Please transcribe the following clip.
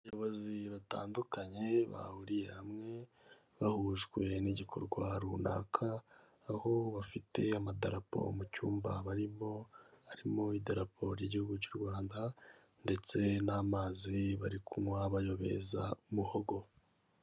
Abayobozi batandukanye bahuriye hamwe, bahujwe n'igikorwa runaka, aho bafite amadarapo mu cyumba barimo, harimo idarapo ry'Igihugu cy'u Rwanda ndetse n'amazi bari kunywa bayobeza umuhogo.